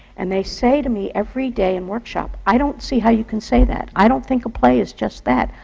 and they say to me every day in workshop, i don't see how you can say that. i don't think a play is just that.